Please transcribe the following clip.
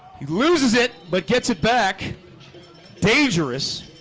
he loses it but gets it back dangerous